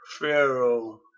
Pharaoh